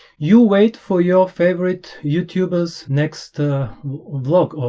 you wait for your favorite youtuber's next vlog,